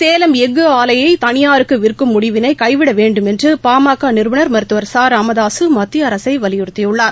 சேலம் எஃகுஆலையைதனியாருக்குவிற்கும் முடிவினைகைவிடவேண்டுமென்றுபாமகநிறுவனா் மருத்துவர் ச ராமதாசுமத்திய அரசைவலியுறுத்தியுள்ளார்